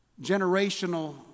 generational